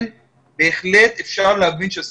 כן בהחלט אפשר להבין שהסיכון,